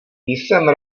jsem